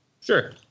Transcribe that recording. Sure